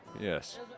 yes